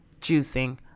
Juicing